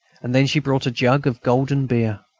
and then she brought a jug of golden beer.